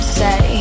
say